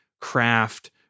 Craft